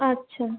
আচ্ছা